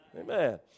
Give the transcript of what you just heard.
amen